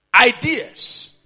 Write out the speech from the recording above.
ideas